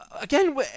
again